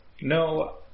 No